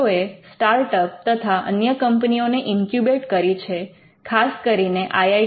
to એ startup તથા અન્ય કંપનીઓને ઇન્ક્યુબેટ્ કરી છે ખાસ કરીને આઈ